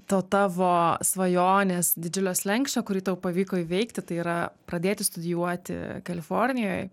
to tavo svajonės didžiulio slenksčio kurį tau pavyko įveikti tai yra pradėti studijuoti kalifornijoj